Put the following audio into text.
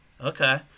Okay